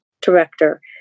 director